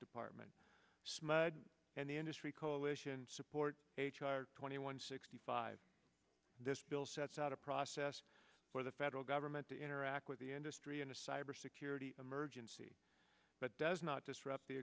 department smudges and the industry coalition support h r twenty one sixty five this bill sets out a process for the federal government to interact with the industry in a cybersecurity emergency but does not disrupt the